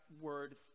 word